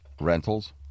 rentals